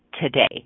today